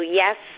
yes